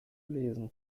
lesen